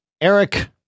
Eric